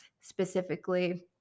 specifically